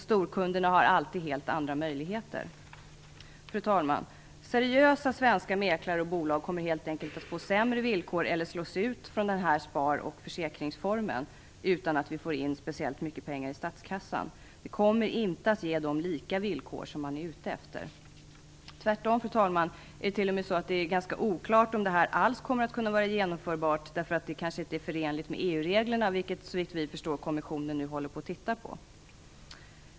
Storkunderna har alltid helt andra möjligheter. Fru talman! Seriösa svenska mäklare och bolag kommer helt enkelt att få sämre villkor eller slås ut från denna spar och försäkringsform utan att vi får in speciellt mycket pengar i statskassan. Det kommer inte att ge de lika villkor som man är ute efter. Det är tvärtom, fru talman, ganska oklart om det alls kommer att kunna vara genomförbart. Det är kanske inte förenligt med EU-reglerna. Såvitt vi förstår håller kommissionen nu på att titta på detta.